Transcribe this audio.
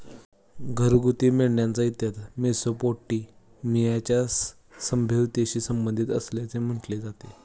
घरगुती मेंढ्यांचा इतिहास मेसोपोटेमियाच्या सभ्यतेशी संबंधित असल्याचे म्हटले जाते